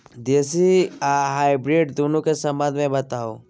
देसी आ हाइब्रिड दुनू के संबंध मे बताऊ?